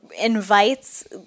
invites –